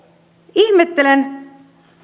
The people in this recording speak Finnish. ihmettelen